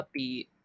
upbeat